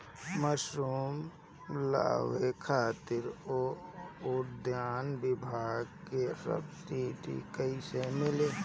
Mushroom लगावे खातिर उद्यान विभाग से सब्सिडी कैसे मिली?